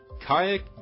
kayak